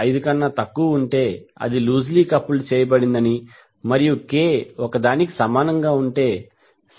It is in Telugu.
5 కన్నా తక్కువ ఉంటే అది లూస్ లీ కపుల్డ్ చేయబడిందని మరియు k ఒకదానికి సమానంగా ఉంటే